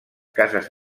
cases